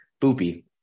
Boopy